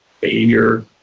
behavior